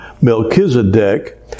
Melchizedek